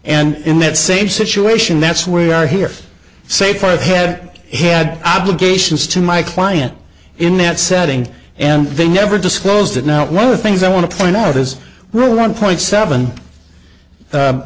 and in that same situation that's where we are here to say for the head to head obligations to my client in that setting and they never disclose that now one of the things i want to point out is well one point seven